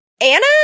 Anna